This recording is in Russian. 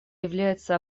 является